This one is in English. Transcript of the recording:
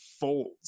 folds